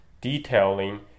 detailing